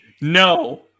No